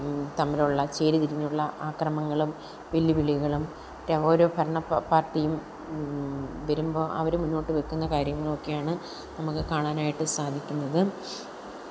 തമ്മിലുള്ള ചേരി തിരിഞ്ഞുള്ള ആക്രമങ്ങളും വെല്ലുവിളികളും ര ഓരോ ഭരണപ്പ പാര്ട്ടിയും വരുമ്പോൾ അവർ മുൻപോട്ടു വെക്കുന്ന കാര്യങ്ങളും ഒക്കെയാണ് നമുക്ക് കാണാനായിട്ടു സാധിക്കുന്നത്